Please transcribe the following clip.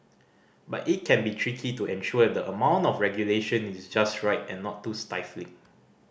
but it can be tricky to ensure that the amount of regulation is just right and not too stifling